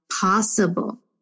possible